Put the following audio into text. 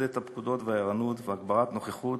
את הפקודות והערנות ולהגביר את הנוכחות,